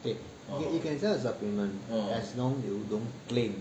okay you can sell the supplement as long as you don't claim